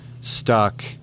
stuck